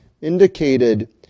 indicated